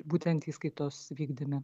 būtent įskaitos vykdyme